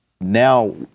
now